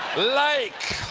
like!